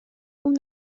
اون